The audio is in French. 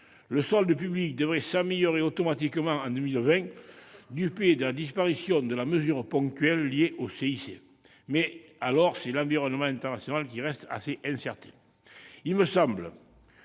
le solde public devrait s'améliorer automatiquement en 2020 du fait de la disparition de la mesure ponctuelle liée au CICE. Mais alors, c'est l'environnement international qui reste assez incertain. Il me semble